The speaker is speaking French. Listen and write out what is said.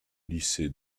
lycée